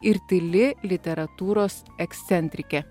ir tyli literatūros ekscentrikė